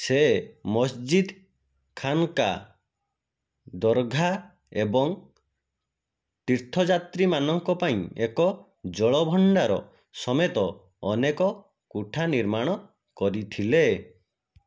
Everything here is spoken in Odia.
ସେ ମସଜିଦ୍ ଖାନ୍କା ଦର୍ଘା ଏବଂ ତୀର୍ଥଯାତ୍ରୀମାନଙ୍କ ପାଇଁ ଏକ ଜଳଭଣ୍ଡାର ସମେତ ଅନେକ କୋଠା ନିର୍ମାଣ କରିଥିଲେ